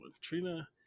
Trina